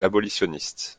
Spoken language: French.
abolitionniste